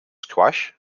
squash